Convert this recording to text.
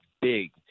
big